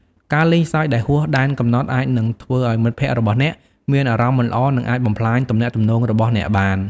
ការលេងសើចដែលហួសដែនកំណត់អាចនឹងធ្វើឱ្យមិត្តភក្តិរបស់អ្នកមានអារម្មណ៍មិនល្អនិងអាចបំផ្លាញទំនាក់ទំនងរបស់អ្នកបាន។